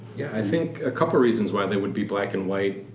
i think, a couple reasons why they would be black and white,